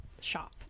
shop